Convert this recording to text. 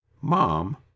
mom